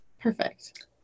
Perfect